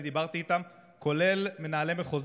שצריכים להפוך את הפירמידה וצריכים להשקיע דווקא בגיל